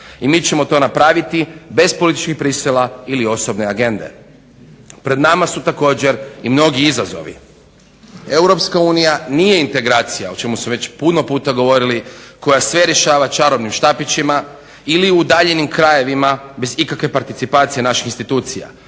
I mi ćemo to napraviti bez političkih prisila ili osobne agende. Pred nama su također i mnogi izazovi. Europska unija nije integracija, o čemu smo već puno puta govorili, koja sve rješava čarobnim štapićima ili u udaljenim krajevima bez ikakve participacije naših institucija.